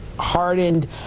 hardened